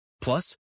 Plus